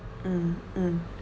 mm mm